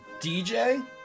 DJ